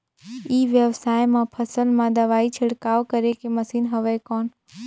ई व्यवसाय म फसल मा दवाई छिड़काव करे के मशीन हवय कौन?